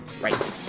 Right